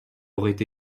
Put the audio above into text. aurait